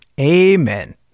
Amen